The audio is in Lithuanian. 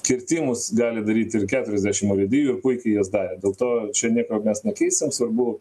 kirtimus gali daryt ir keturiasdešim urėdijų ir puikiai jas darė dėl to čia nieko mes nekeisim svarbu